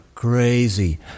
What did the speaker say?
Crazy